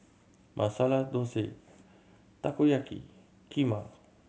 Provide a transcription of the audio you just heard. Masala Dosa Takoyaki Kheema